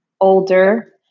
older